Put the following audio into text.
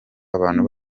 abantu